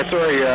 Sorry